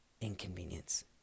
inconvenience